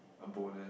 bonus